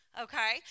Okay